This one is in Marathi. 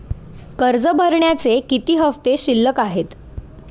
कर्ज भरण्याचे किती हफ्ते शिल्लक आहेत?